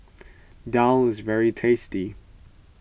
Daal is very tasty